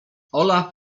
olaf